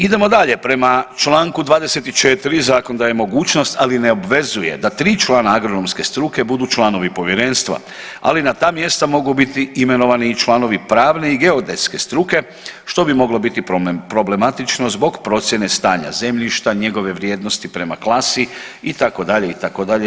Idemo dalje, prema čl. 24. zakon daje mogućnost, ali ne obvezuje da 3 člana agronomske struke budu članovi povjerenstva, ali na ta mjesta mogu biti imenovani i članovi pravne i geodetske struke što bi moglo biti problematično zbog procijene stanja zemljišta, njegove vrijednosti prema klasi itd., itd.